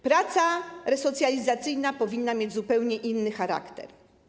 Praca resocjalizacyjna powinna mieć zupełnie inny charakter.